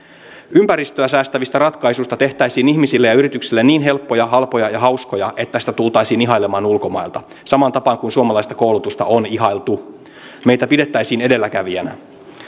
ympäristöä säästävistä ratkaisuista tehtäisiin ihmisille ja yrityksille niin helppoja halpoja ja hauskoja että sitä tultaisiin ihailemaan ulkomailta samaan tapaan kuin suomalaista koulutusta on ihailtu meitä pidettäisiin edelläkävijänä